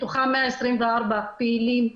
מתוכם 124 פעילים,